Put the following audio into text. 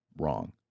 wrong